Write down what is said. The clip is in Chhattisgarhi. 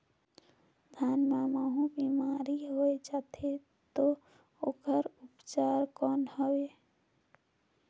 धान मां महू बीमारी होय जाथे तो ओकर उपचार कौन हवे?